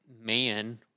Man